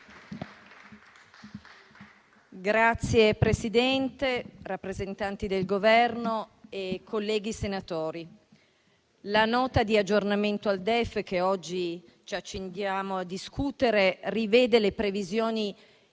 Signor Presidente, rappresentanti del Governo, colleghi senatori, la Nota di aggiornamento al DEF che oggi ci accingiamo a discutere rivede le previsioni